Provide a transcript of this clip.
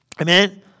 Amen